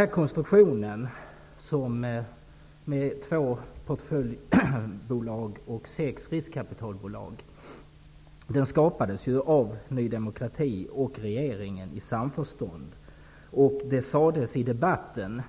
Den konstruktion med två portföljbolag och sex riskkapitalbolag skapades ju av Ny demokrati och regeringen i samförstånd. Före beslutet sades det i debatten